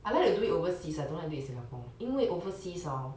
I like to do it overseas I don't like to do it in singapore 因为 overseas hor